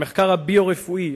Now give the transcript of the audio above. המחקר הביו-רפואי,